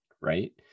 right